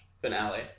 finale